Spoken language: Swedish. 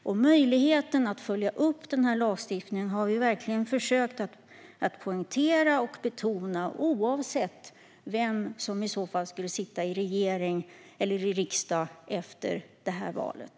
Och vi har verkligen poängterat och betonat vikten av att lagstiftningen följs upp, oavsett vilka som kommer att sitta i regering och riksdag efter valet.